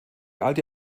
alte